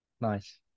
Nice